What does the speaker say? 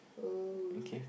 oh